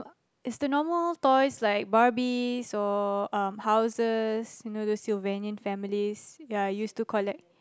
is the normal toys like barbies or um houses you know those Sylvanian families ya I used to collect